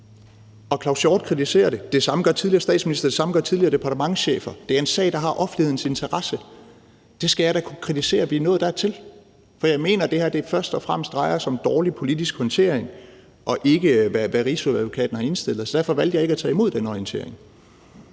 Frederiksen kritiserer det – det samme gør den tidligere statsminister, det samme gør tidligere departementschefer. Det er en sag, der har offentlighedens interesse. Jeg skal da kunne kritisere, at vi er nået dertil. For jeg mener, at det her først og fremmest drejer sig om dårlig politisk håndtering og ikke om, hvad Rigsadvokaten har indstillet til. Derfor valgte jeg ikke at tage imod den orientering